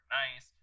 nice